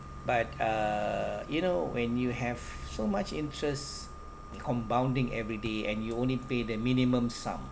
but uh you know when you have so much interest compounding everyday and you only pay the minimum sum